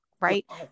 right